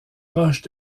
roches